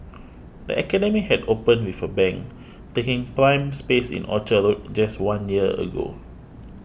the academy had opened with a bang taking prime space in Orchard Road just one year ago